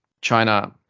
China